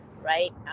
right